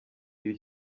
iri